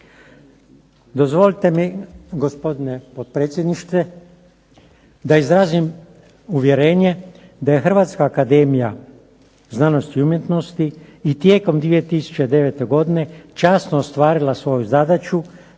Dozvolite mi gospodine potpredsjedniče da izrazim uvjerenje da je Hrvatska akademija znanosti i umjetnosti i tijekom 2009. godine časno ostvarila svoju zadaću